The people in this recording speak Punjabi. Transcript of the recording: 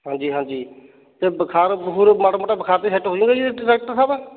ਹਾਂਜੀ ਹਾਂਜੀ ਅਤੇ ਬੁਖਾਰ ਬਖੁਰ ਮਾੜਾ ਮੋਟਾ ਬੁਖਾਰ 'ਤੇ ਸੈਟ ਹੋ ਜੁਗਾ ਜੀ ਡਾਕਟਰ ਸਾਹਿਬ